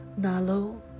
Nalo